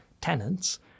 tenants